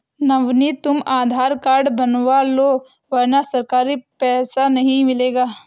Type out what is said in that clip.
नवनीत तुम आधार कार्ड बनवा लो वरना सरकारी पैसा नहीं मिलेगा